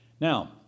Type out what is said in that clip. Now